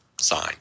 sign